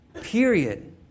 Period